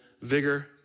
vigor